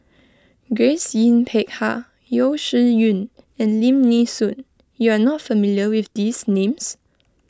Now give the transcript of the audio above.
Grace Yin Peck Ha Yeo Shih Yun and Lim Nee Soon you are not familiar with these names